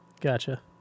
Gotcha